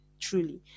truly